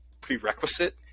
prerequisite